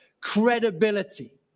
credibility